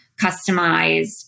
customized